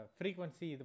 frequency